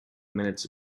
minutes